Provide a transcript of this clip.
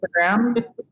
Instagram